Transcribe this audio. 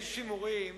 ליל שימורים,